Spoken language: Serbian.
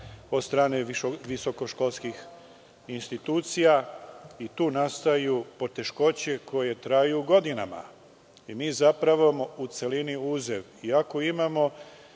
od strane visokoškolskih institucija i tu nastaju poteškoće koje traju godinama. Mi zapravo, u celini uzev, iako imamo